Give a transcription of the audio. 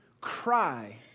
cry